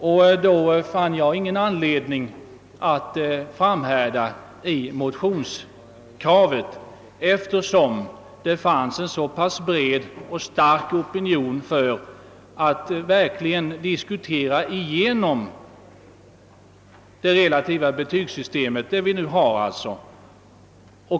Jag fann då ingen anledning att framhärda i motionskravet, eftersom det fanns en så pass bred och stark opinion för att verkligen diskutera igenom det relativa betygssystem som vi nu har.